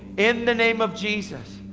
in the name of jesus.